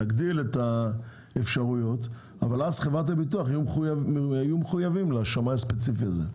נגדיל את האפשרויות ואז חברות הביטוח יהיו מחויבות לשמאי הספציפי הזה.